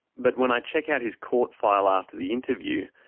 but when i check out his court file after the interview,